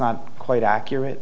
not quite accurate